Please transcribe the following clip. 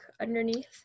underneath